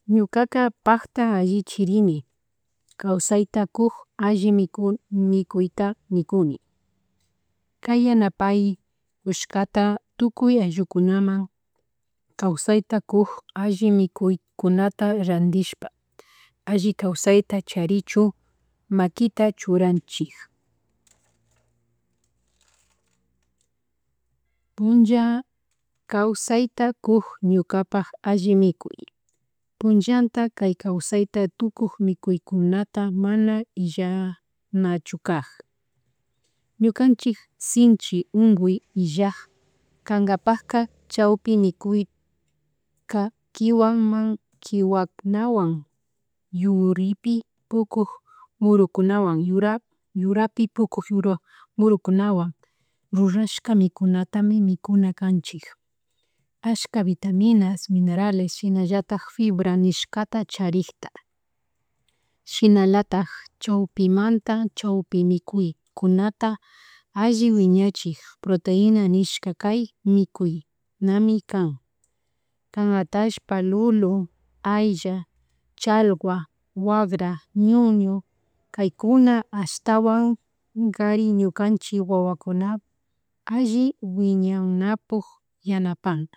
Ñukakak pakta allichirini kawasayta kuk allimikuy mikuyta mikuni, kay yanapay kushkata tukuy ayllukunaman kawsayta kuk alli mikuykunata randishpa alli kawsayta charichun makita churanchik puncha kawsayta kuk ñukapak alli mikuy, punllanta kay kawsayta tukuk mikuykunata mana illanachu kak, ñukanchik sinchi unkuy illak kankapak chaypimukuyka kiwakunawan, yuripi pukuk murukunwan, yurapi pukuk murukunawan rurashka mikunata mikuna kanchik, ashka vitaminas, minerales, shinallatak fibra nishkata charikta shinalatak chaypimanta chaypi mikuykuna alli wiñachik proteina nishka kay mi mikuynami kan kay atashpa lulun, aylla, chalwa, wagra, ñuñu, kaykuna ashtawankari ñukanchik wawakuna alli wiñanapuk yanapan.